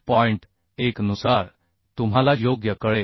1नुसार तुम्हाला योग्य कळेल